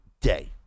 day